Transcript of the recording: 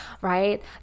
right